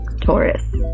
Taurus